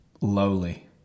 lowly